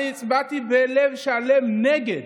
אני הצבעתי בלב שלם נגד,